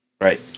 Right